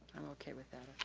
okay with that.